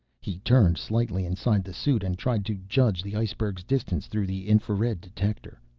he turned slightly inside the suit and tried to judge the iceberg's distance through the infrared detector.